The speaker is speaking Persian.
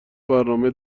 برنامه